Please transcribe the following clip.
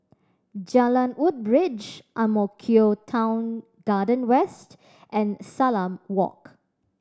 Jalan Woodbridge Ang Mo Kio Town Garden West and Salam Walk